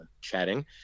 chatting